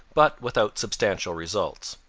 but without substantial results.